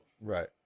Right